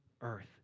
earth